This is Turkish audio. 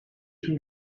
tüm